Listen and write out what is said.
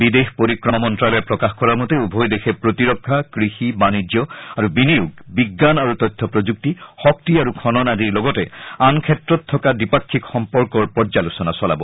বিদেশ পৰিক্ৰমা মন্তালয়ে প্ৰকাশ কৰা মতে উভয় দেশে প্ৰতিৰক্ষা কৃষি বাণিজ্য আৰু বিনিয়োগ বিজ্ঞান আৰু তথ্য প্ৰযুক্তি শক্তি আৰু খনন আদিৰ লগতে আন ক্ষেত্ৰত থকা দ্বিপাক্ষিক সম্পৰ্কৰ পৰ্যালোচনা চলাব